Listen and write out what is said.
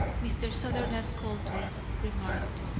mr. sutherland coldly remarked